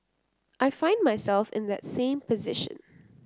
I find myself in that same position